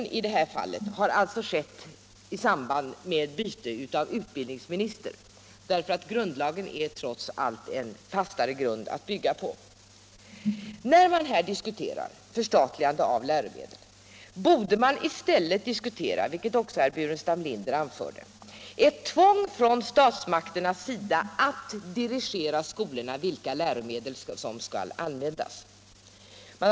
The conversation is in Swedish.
Jag är ganska säker på att denna glidning har skett i samband med bytet av utbildningsminister, därför att grundlagen är trots allt en fastare grund att bygga på. I stället för att diskutera förstatligandet av läromedel som man nu gör borde man diskutera, vilket också herr Burenstam Linder anförde, ett tvång från statsmakternas sida när det gäller vilka läromedel som skall användas i skolan.